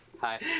Hi